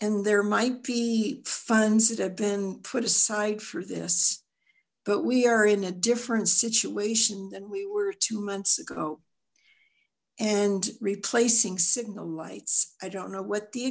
and there might be funds that have been put aside for this but we are in a different situation than we were two months ago and replacing signal lights i don't know what the